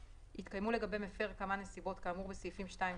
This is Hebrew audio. התקיימו לגבי מפר כמה נסיבות כאמור בסעיפים 2 ו-3,